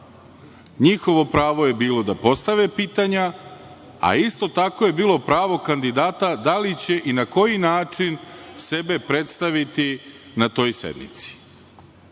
NJihovo pravo je bilo da postave pitanja, a isto tako je bilo pravo kandidata da li će i na koji način sebe predstaviti na toj sednici.